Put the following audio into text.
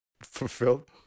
fulfilled